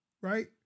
right